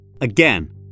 Again